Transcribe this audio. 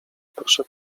proszą